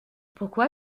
pourquoi